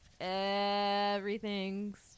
Everything's